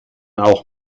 auch